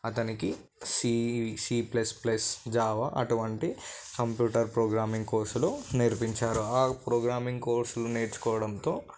అతనికి C C plus plus Java అటువంటి computer programming కోర్సులు నేర్పించారు ఆ ప్రోగ్రామింగ్ కోర్సులు నేర్చుకోవడంతో